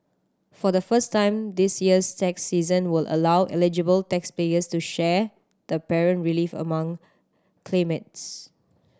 for the first time this year's tax season will allow eligible taxpayers to share the parent relief among claimants